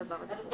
הדבר הזה.